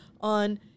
on